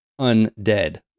undead